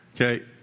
Okay